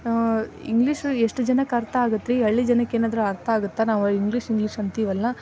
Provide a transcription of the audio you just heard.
English ಎಷ್ಟು ಜನಕ್ಕೆ ಅರ್ಥ ಆಗತ್ರೀ ಈ ಹಳ್ಳಿ ಜನಕ್ಕೇನಾದ್ರೂ ಅರ್ಥ ಆಗುತ್ತಾ ನಾವು ಇಂಗ್ಲೀಷ್ ಇಂಗ್ಲೀಷ್ ಅಂತೀವಲ್ಲ